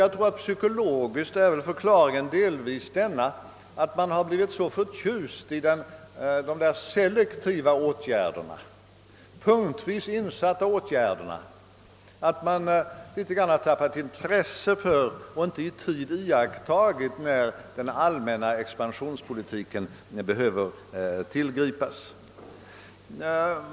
Jag tror att förklaringen psykologiskt delvis är den att man blivit så förtjust i de selektiva, punktvis insatta åtgärderna att man litet grand hade tappat intresset för den allmänna expansionspolitiken och inte i tid uppmärksammade när den behövt tillgripas.